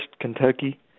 Kentucky